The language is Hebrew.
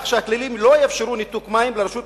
כך שהכללים לא יאפשרו ניתוק מים לרשות